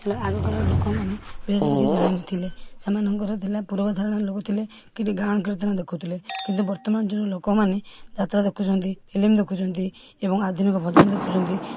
ହେଲା ଆଗକାଳର ଲୋକମାନେ ବିଶେଷ କିଛି ଜାଣି ନଥିଲେ ସେମାନଙ୍କର ଥିଲା ପୂର୍ବଧରଣର ଲୋକ ଥିଲେ କିନ୍ତୁ ଗାଁ କୀର୍ତ୍ତନ ଦେଖୁଥିଲେ କିନ୍ତୁ ବର୍ତ୍ତମାନ ଯେଉଁ ଲୋକମାନେ ଯାତ୍ରା ଦେଖୁଛନ୍ତି ଫିଲ୍ମ ଦେଖୁଛନ୍ତି ଏବଂ ଆଧୁନିକ ଭଜନ ଦେଖୁଛନ୍ତି